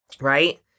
right